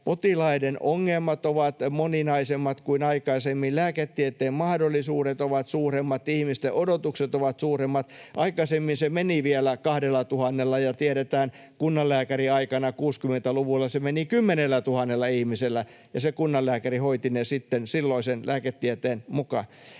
potilaiden ongelmat ovat moninaisemmat kuin aikaisemmin, lääketieteen mahdollisuudet ovat suuremmat, ihmisten odotukset ovat suuremmat. Aikaisemmin se meni vielä 2 000:lla, ja tiedetään, että kunnanlääkäriaikana 60-luvulla se meni 10 000 ihmisellä ja se kunnanlääkäri hoiti sitten silloisen lääketieteen mukaan.